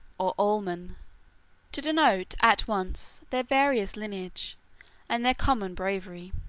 or allmen to denote at once their various lineage and their common bravery.